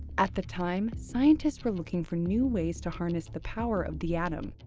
at the time, scientists were looking for new ways to harness the power of the atom,